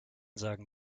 sagen